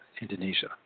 Indonesia